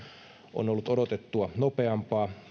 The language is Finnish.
on ollut odotettua nopeampaa